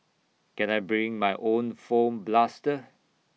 can I bring my own foam blaster